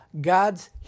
God's